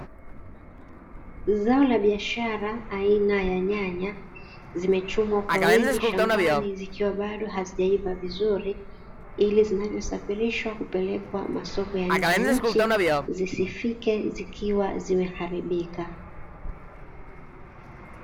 Zao la biashara aina ya nyanya, zimechumwa kwa wingi shambani zikiwa bado hazijaiva vizuri, ili zinavyosafirishwa kupelekwa masoko ya nnje ya nchi, zisifike zikiwa zimeharibika.